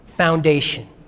foundation